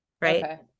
Right